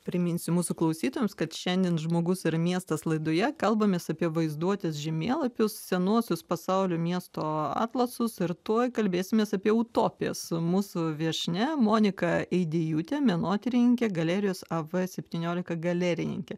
priminsiu mūsų klausytojams kad šiandien žmogus ir miestas laidoje kalbamės apie vaizduotės žemėlapius senuosius pasaulio miesto atlasus ir tuoj kalbėsimės apie utopijas mūsų viešnia monika eidėjūtė menotyrininkė galerijos av septyniolika galerininkė